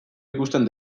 ikusten